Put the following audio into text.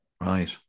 Right